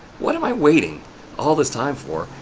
what am i waiting all this time for?